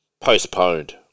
Postponed